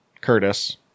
Curtis